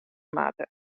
moatte